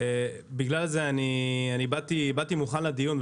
באתי מוכן לדיון.